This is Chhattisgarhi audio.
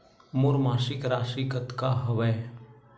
मोर मासिक राशि कतका हवय?